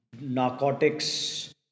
Narcotics